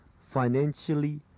financially